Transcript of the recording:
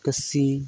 ᱠᱟᱹᱥᱤ